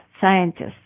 scientists